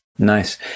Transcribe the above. Nice